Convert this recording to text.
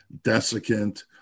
desiccant